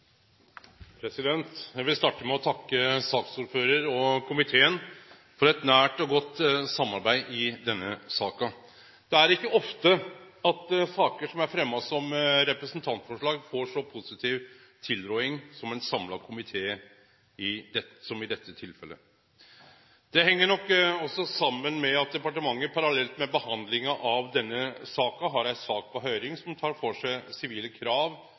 innstilling. Eg vil starte med å takke saksordføraren og komiteen for eit nært og godt samarbeid i denne saka. Det er ikkje ofte at saker som er fremma som representantforslag, får så positiv tilråding av ein samla komité som i dette tilfellet. Det heng nok også saman med at departementet, parallelt med behandlinga av denne saka, har ei sak på høyring som tek for seg sivile krav